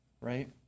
right